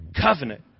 covenant